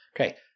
Okay